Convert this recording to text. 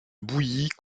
bouillie